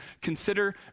Consider